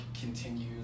continue